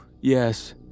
yes